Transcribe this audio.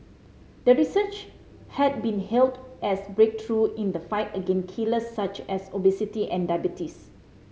the research had been hailed as breakthrough in the fight against killer such as obesity and diabetes